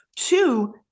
Two